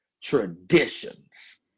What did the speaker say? traditions